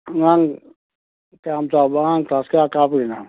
ꯑꯉꯥꯡ ꯀꯌꯥꯝ ꯆꯥꯎꯕ ꯑꯉꯥꯡ ꯀ꯭ꯂꯥꯁ ꯀꯌꯥ ꯀꯥꯕꯩꯅꯣ